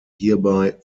hierbei